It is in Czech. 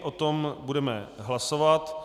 O tom budeme hlasovat.